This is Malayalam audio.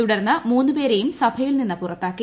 തുടർന്ന് മൂന്നു പേരെയും സഭയിൽ നിന്ന് പുറത്താക്കി